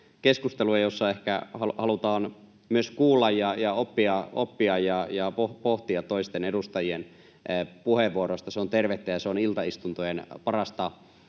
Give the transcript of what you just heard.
keskustelua, jossa ehkä halutaan myös kuulla ja oppia ja pohtia toisten edustajien puheenvuoroja. Se on tervettä, ja se on iltaistuntojen parasta